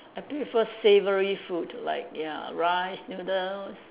I prefer savoury food like ya rice noodles